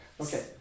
Okay